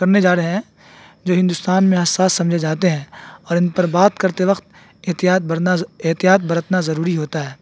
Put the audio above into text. کرنے جا رہے ہیں جو ہندوستان میں حساس سمجھے جاتے ہیں اور ان پر بات کرتے وقت احتیاط احتیاط برتنا ضروری ہوتا ہے